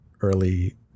early